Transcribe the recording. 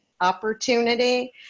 opportunity